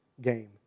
Game